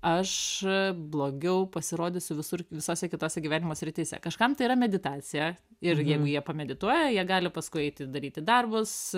aš blogiau pasirodysiu visur visose kitose gyvenimo srityse kažkam tai yra meditacija ir jeigu jie pamedituoja jie gali paskui eiti daryti darbus